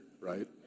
right